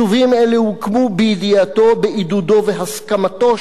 בעידודו והסכמתו של הדרג המדיני ולכן